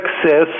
success